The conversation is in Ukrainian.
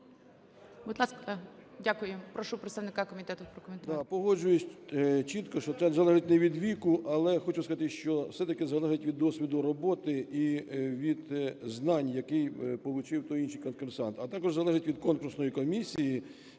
Погоджуюсь чітко, що це залежить не від віку. Але хочу сказати, що все-таки залежить від досвіду роботи і від знань, які получив той чи інший конкурсант, а також залежить від конкурсної комісії,